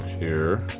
here,